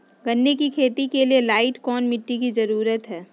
गन्ने की खेती के लाइट कौन मिट्टी की जरूरत है?